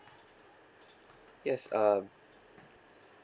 yes um